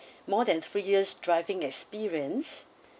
more than three years driving experience